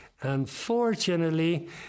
Unfortunately